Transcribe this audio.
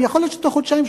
ויכול להיות שתוך חודשיים,